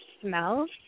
smells